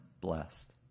blessed